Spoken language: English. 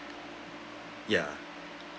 ya